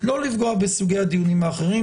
לא לפגוע בסוגי הדיונים האחרים.